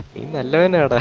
millennium